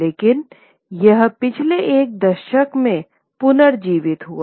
लेकिन यह पिछले एक दशक में पुनर्जीवित हुआ